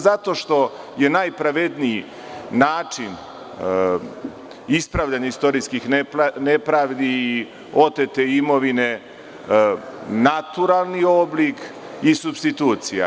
Zato što je najpravedniji način ispravljanje istorijskih nepravdi i otete imovine, naturalni oblik i supstitucija.